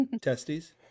Testes